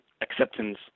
acceptance